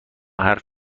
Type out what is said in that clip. حرف